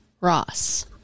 Ross